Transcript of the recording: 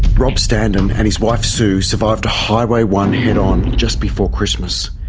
rob standen and his wife, sue, survived a highway one head-on, just before christmas.